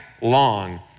long